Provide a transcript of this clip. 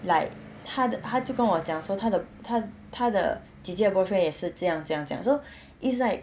like 她的她就跟我讲说她的她她的姐姐 boyfriend 也是这样这样这讲 so it's like